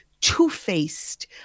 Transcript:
two-faced